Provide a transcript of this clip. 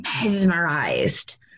mesmerized